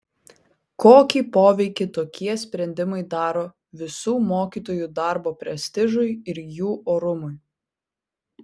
kokį poveikį tokie sprendimai daro visų mokytojų darbo prestižui ir jų orumui